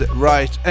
Right